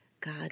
God